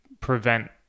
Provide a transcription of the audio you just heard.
prevent